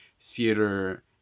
theater